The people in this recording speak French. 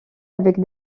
avec